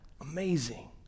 amazing